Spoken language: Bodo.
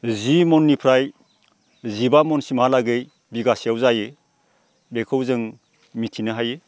जि मननिफ्राय जिबा मनसिमहालागै बिगासेयाव जायो बेखौ जों मिथिनो हायो